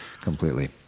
completely